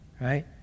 right